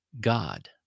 God